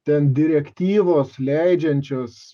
ten direktyvos leidžiančios